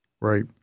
Right